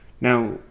Now